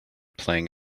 playing